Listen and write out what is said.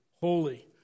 holy